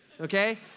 okay